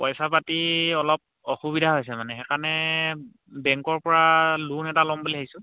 পইচা পাতি অলপ অসুবিধা হৈছে মানে সেইকাৰণে বেংকৰ পৰা লোণ এটা ল'ম বুলি ভাবিছোঁ